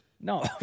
No